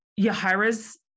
Yahira's